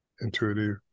intuitive